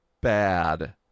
bad